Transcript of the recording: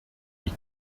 wie